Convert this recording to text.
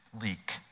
leak